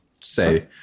say